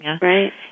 Right